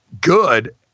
good